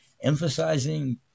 emphasizing